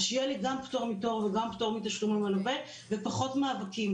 אז שיהיה לי גם פטור מתור וגם פטור מתשלום למלווה בפחות מאבקים.